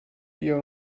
ihr